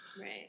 right